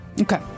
Okay